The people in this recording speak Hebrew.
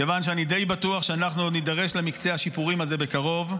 כיוון שאני די בטוח שאנחנו עוד נידרש למקצה השיפורים הזה בקרוב,